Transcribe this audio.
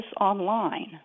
online